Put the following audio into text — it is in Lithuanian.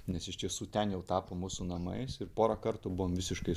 nes iš tiesų ten jau tapo mūsų namais ir porą kartų buvom visiškai